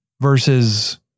versus